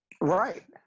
right